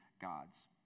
gods